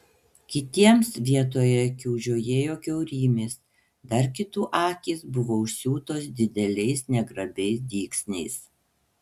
kitiems vietoje akių žiojėjo kiaurymės dar kitų akys buvo užsiūtos dideliais negrabiais dygsniais